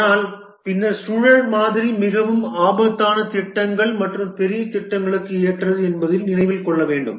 ஆனால் பின்னர் சுழல் மாதிரி மிகவும் ஆபத்தான திட்டங்கள் மற்றும் பெரிய திட்டங்களுக்கு ஏற்றது என்பதை நினைவில் கொள்ள வேண்டும்